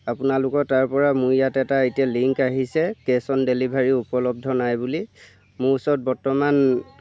আপোনালোকৰ তাৰ পৰা মোৰ ইয়াত এটা লিংক আহিছে কেছ অন ডেলিভাৰী উপলব্ধ নাই বুলি মোৰ ওচৰত বৰ্তমান